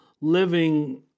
living